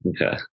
Okay